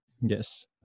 yes